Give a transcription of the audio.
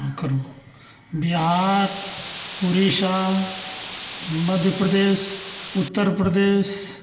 Bihar Orissa Madhya Pradesh Uttar Pradesh